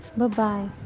Bye-bye